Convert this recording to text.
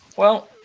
well,